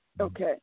Okay